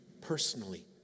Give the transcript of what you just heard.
personally